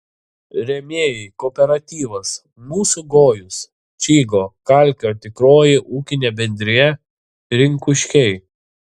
rėmėjai kooperatyvas mūsų gojus čygo kalkio tikroji ūkinė bendrija rinkuškiai